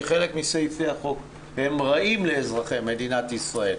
כי חלק מסעיפי החוק הם רעים לאזרחי מדינת ישראל.